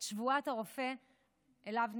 את שבועת הרופא שנשבעו.